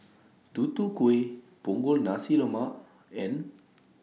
Tutu Kueh Punggol Nasi Lemak and